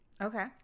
Okay